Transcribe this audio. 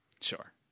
Sure